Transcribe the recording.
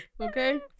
Okay